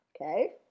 okay